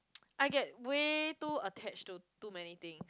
I get way too attached to too many thing